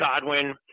Godwin